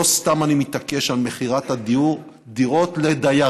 לא סתם אני מתעקש על מכירת הדירות לדייריהן.